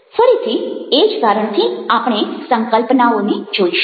ફરીથી એ જ કારણથી આપણે સંકલ્પનાઓને જોઈશું